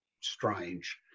strange